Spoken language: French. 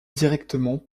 directement